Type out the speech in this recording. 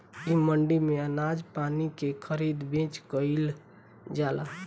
इ मंडी में अनाज पानी के खरीद बेच कईल जाला